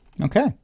Okay